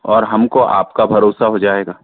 और हमको आपका भरोसा हो जाएगा